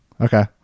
okay